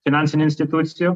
finansinių institucijų